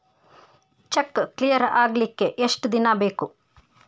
Check clear ಆಗಲಿಕ್ಕೆ ಎಷ್ಟ ದಿನ ಬೇಕು?